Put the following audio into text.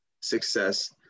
success